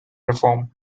reform